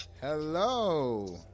Hello